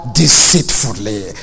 deceitfully